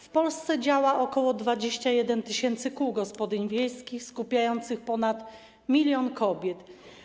W Polsce działa ok. 21 tys. kół gospodyń wiejskich skupiających ponad 1 mln kobiet.